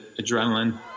adrenaline